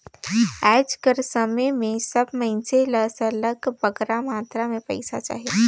आएज कर समे में सब मइनसे ल सरलग बगरा मातरा में पइसा चाही